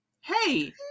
hey